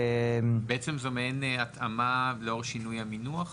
בעצם זה מעין התאמה לאור שינוי המינוח?